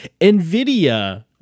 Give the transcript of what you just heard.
NVIDIA